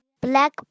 black